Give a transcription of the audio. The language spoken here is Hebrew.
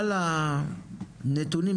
על הנתונים.